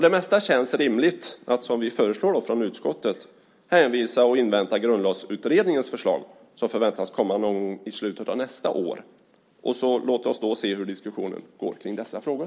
Det mesta känns rimligt, till exempel att - som vi i utskottet föreslår - hänvisa till och invänta Grundlagsutredningens förslag som väntas komma någon gång i slutet av nästa år. Låt oss då se hur diskussionen går kring dessa frågor!